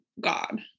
God